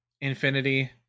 Infinity